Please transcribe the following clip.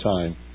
time